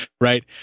right